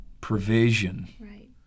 provision